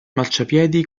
marciapiedi